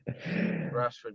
Rashford